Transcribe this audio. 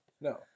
No